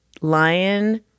lion